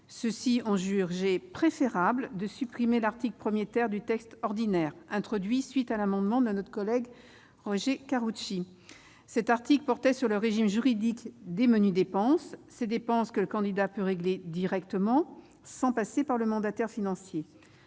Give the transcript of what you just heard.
Ceux-ci ont jugé préférable de supprimer l'article 1 de la proposition de loi ordinaire, introduit à la suite de l'adoption de l'amendement de notre collègue Roger Karoutchi. Cet article portait sur le régime juridique des « menues dépenses », ces dépenses que le candidat peut régler directement, sans passer par le mandataire financier.